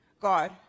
God